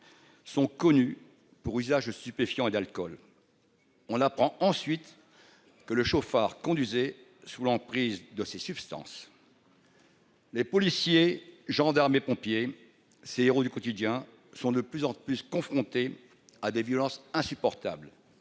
Sont connus pour usage de stupéfiants et d'alcool. On apprend ensuite que le chauffard conduisait sous l'emprise de ces substances. Les policiers, gendarmes et pompiers ces héros du quotidien sont de plus en plus confronté à des violences insupportables.